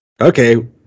Okay